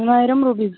മൂവായിരം റൂബി